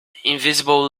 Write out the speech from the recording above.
invisible